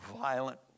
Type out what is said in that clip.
violent